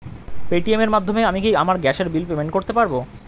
Paytm এর মাধ্যমে আমি কি আমার গ্যাসের বিল পেমেন্ট করতে পারব?